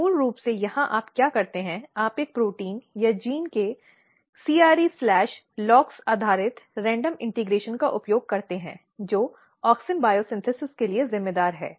तो मूल रूप से यहां आप क्या करते हैं आप एक प्रोटीन या जीन के CreLox आधारित रेंडम इंटीग्रेशन एकीकरण का उपयोग करते हैं जो ऑक्सिन जैवसंश्लेषण के लिए जिम्मेदार है